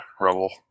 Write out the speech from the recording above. rubble